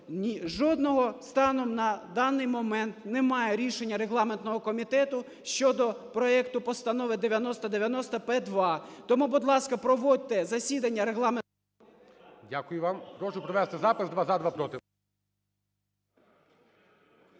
Жодного станом на даний момент немає рішення регламентного комітету щодо проекту Постанови 9090-П2. Тому, будь ласка, проводьте засідання регламентного…